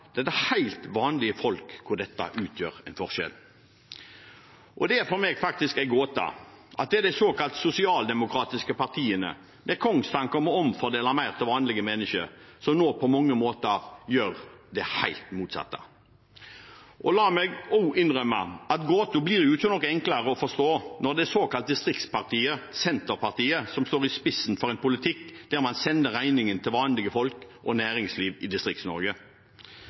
er for helt vanlige folk dette utgjør en forskjell. Det er for meg faktisk en gåte at det er de såkalt sosialdemokratiske partiene, med en kongstanke om å omfordele mer til vanlige mennesker, som nå på mange måter gjør det helt motsatte. Og la meg også innrømme at gåten ikke blir noe enklere å forstå når det er det såkalte distriktspartiet Senterpartiet som står i spissen for en politikk der man sender regningen til vanlige folk og næringsliv i